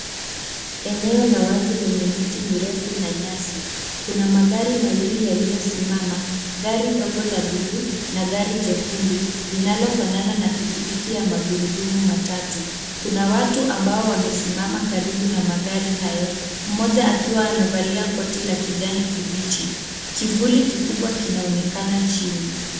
Eneo la wazi lenye miti mirefu na nyasi. Kuna magari mawili yaliyosimama, gari dogo la buluu na gari jekundu, linalofanana na pikipiki ya magurudumu matatu. Kuna watu ambao wamesimama karibu na magari hayo, mmoja akiwa amevalia koti la kijani kibichi. Kivuli kikubwa kinaonekana chini.